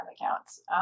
accounts